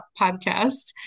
podcast